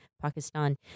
Pakistan